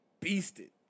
beasted